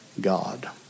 God